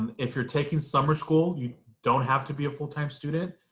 and if you're taking summer school you don't have to be a full-time student,